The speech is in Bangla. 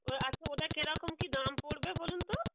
ও আচ্ছা ওটা কেরকম কী দাম পড়বে বলুন তো